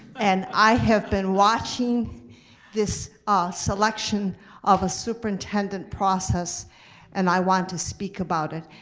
and i have been watching this ah selection of a superintendent process and i want to speak about it.